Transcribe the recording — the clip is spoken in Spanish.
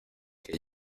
que